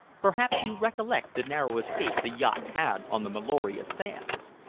perhaps you recollect the narrow escape the yacht had on the meloria sands?